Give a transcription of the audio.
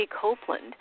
copeland